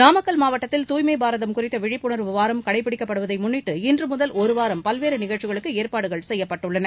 நாமக்கல் மாவட்டத்தில் தூய்மை பாரதம் குறித்த விழிப்புணர்வு வாரம் கடைப்பிடிக்கப்படுவதை முன்னிட்டு இன்று முதல் ஒருவாரம் பல்வேறு நிகழ்ச்சிகளுக்கு ஏற்பாடுகள் செய்யப்பட்டுள்ளன